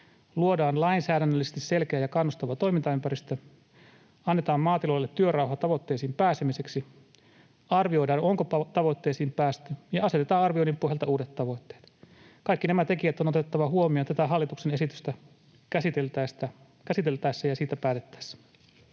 luodaan lainsäädännöllisesti selkeä ja kannustava toimintaympäristö, annetaan maatiloille työrauha tavoitteisiin pääsemiseksi, arvioidaan, onko tavoitteisiin päästy ja asetetaan arvioinnin pohjalta uudet tavoitteet. Kaikki nämä tekijät on otettava huomioon tätä hallituksen esitystä käsiteltäessä ja siitä päätettäessä.